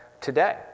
today